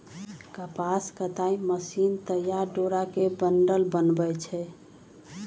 कपास कताई मशीन तइयार डोरा के बंडल बनबै छइ